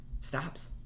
stops